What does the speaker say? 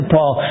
Paul